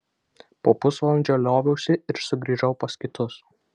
po pusvalandžio lioviausi ir sugrįžau pas kitus